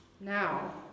Now